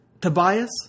Tobias